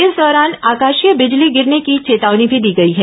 इस दौरान आकाशीय बिजली गिरने की चेतावनी भी दी गई है